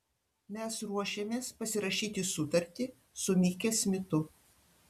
mes ruošiamės pasirašyti sutartį su mike smitu